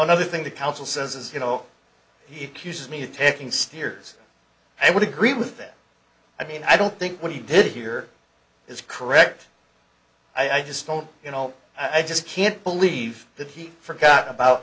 another thing the council says is you know he is me taking steers i would agree with that i mean i don't think what he did here is correct i just don't you know i just can't believe that he forgot about